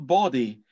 body